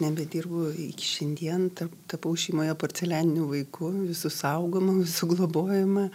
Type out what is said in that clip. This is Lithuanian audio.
nebedirbu iki šiandien ta tapau šeimoje porcelianiniu vaiku visų saugoma visų globojama